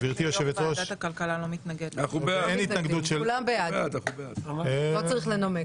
גבירתי, יושבת-ראש --- כולם בעד, לא צריך לנמק.